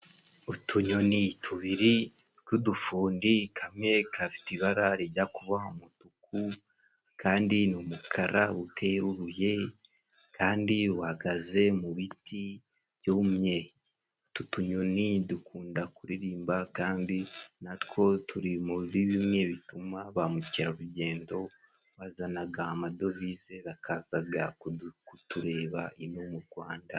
Utunyoni tubiri tw'udufundi, kamwe kafite ibara rijya kuba umutuku, akandi ni umukara, uteruye kandi uhagaze mu biti byumye. Utu tunyoni dukunda kuririmba, kandi natwo turi muri bimwe bituma ba mukerarugendo bazanaga amadovize, bakazaga kutureba ino mu Rwanda.